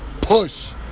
Push